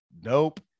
Nope